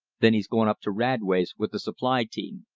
then he's going up to radway's with the supply team.